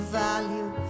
value